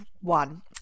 one